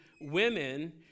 women